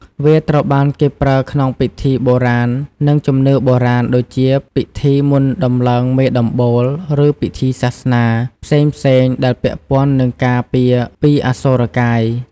វាត្រូវបានគេប្រើក្នុងពិធីបុរាណ និងជំនឿបុរាណ ដូចជា ពិធីមុនដំឡើងមេដំបូល ឬពិធីសាសនា ផ្សេងៗដែលពាក់ព័ន្ធនឹងការពារពីអសូរកាយ។